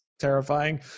terrifying